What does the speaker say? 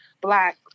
black